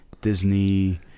Disney